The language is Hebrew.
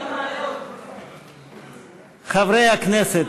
בקריאה שלישית: